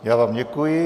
Já vám děkuji.